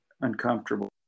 uncomfortable